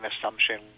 assumption